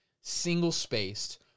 single-spaced